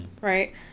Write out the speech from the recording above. right